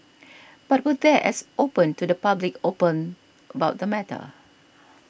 but were they as open to the public open about the matter